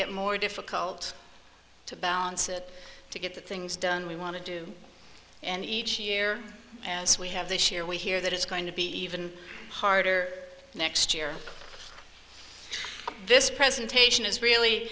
get more difficult to balance it to get the things done we want to do and each year as we have this year we hear that it's going to be even harder next year this presentation is